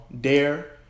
dare